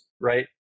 right